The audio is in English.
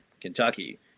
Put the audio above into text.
Kentucky